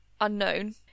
unknown